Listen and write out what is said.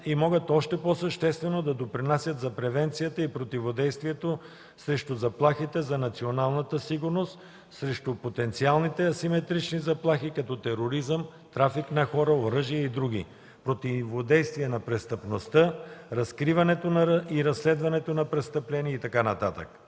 и могат още по-съществено да допринасят за превенцията и противодействието срещу заплахите на националната сигурност, срещу потенциалните асиметрични заплахи като тероризъм, трафик на хора, оръжие и други, противодействие на престъпността, разкриването и разследването на престъпления и така